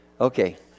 Okay